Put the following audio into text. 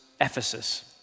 Ephesus